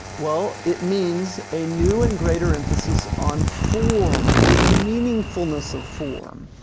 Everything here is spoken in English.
well, it means, a new and greater emphasis on form or the meaningfulness of form,